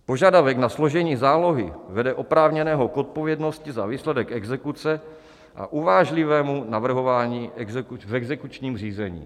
Požadavek na složení zálohy vede oprávněného k odpovědnosti za výsledek exekuce a uvážlivému navrhování v exekučním řízení.